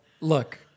Look